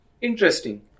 Interesting